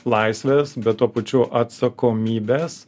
laisvės bet tuo pačiu atsakomybės